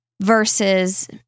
versus